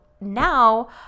now